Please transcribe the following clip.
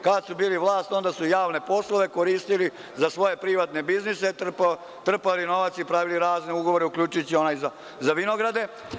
Kad su bili vlast onda su javne poslove koristili za svoje privatne biznise, trpali novac i pravili razne ugovore uključujući i onaj za vinograde.